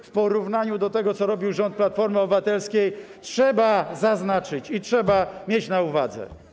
w porównaniu z tym, co robił rząd Platformy Obywatelskiej, trzeba zaznaczyć i trzeba mieć na uwadze.